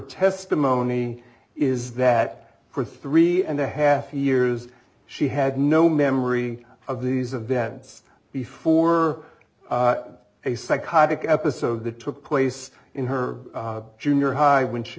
testimony is that for three and a half years she had no memory of these events before a psychotic episode that took place in her junior high when she